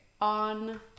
On